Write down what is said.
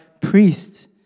priest